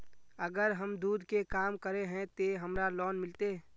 अगर हम दूध के काम करे है ते हमरा लोन मिलते?